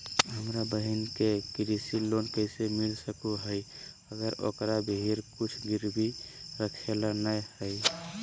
हमर बहिन के कृषि लोन कइसे मिल सको हइ, अगर ओकरा भीर कुछ गिरवी रखे ला नै हइ?